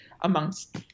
amongst